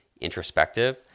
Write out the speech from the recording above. introspective